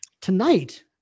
tonight